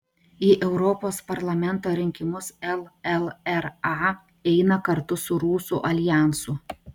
į europos parlamento rinkimus llra eina kartu su rusų aljansu